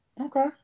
Okay